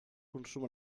consum